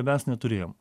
mes neturėjom